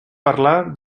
parlar